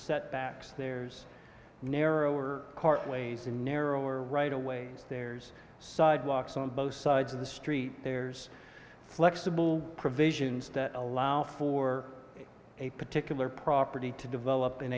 set backs there's narrower part ways in narrower right away there's sidewalks on both sides of the street there's flexible provisions that allow for a particular property to develop